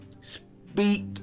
speak